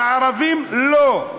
לערבים, לא.